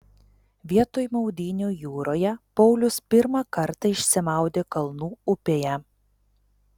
vietoj maudynių jūroje paulius pirmą kartą išsimaudė kalnų upėje